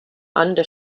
under